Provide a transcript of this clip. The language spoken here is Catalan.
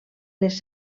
les